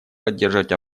поддерживать